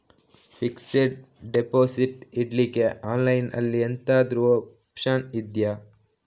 Fixed deposit ಇಡ್ಲಿಕ್ಕೆ online ಅಲ್ಲಿ ಎಂತಾದ್ರೂ ಒಪ್ಶನ್ ಇದ್ಯಾ?